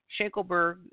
Schenkelberg